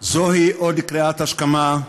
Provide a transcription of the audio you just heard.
זוהי עוד קריאת השכמה.